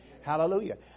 Hallelujah